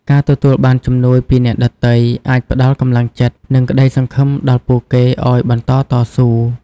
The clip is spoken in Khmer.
ការទទួលបានជំនួយពីអ្នកដទៃអាចផ្តល់កម្លាំងចិត្ត និងក្តីសង្ឃឹមដល់ពួកគេឱ្យបន្តតស៊ូ។